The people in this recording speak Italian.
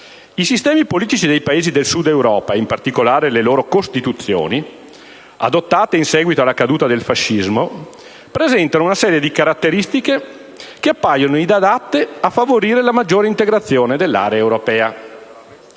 I sistemi politici dei Paesi del Sud (d'Europa), in particolare le loro Costituzioni, adottate in seguito alla caduta del fascismo, presentano una serie di caratteristiche che appaiono inadatte a favorire la maggiore integrazione dell'area europea».